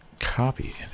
copy